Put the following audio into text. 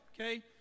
okay